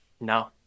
No